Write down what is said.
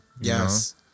yes